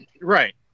Right